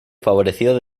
favorecido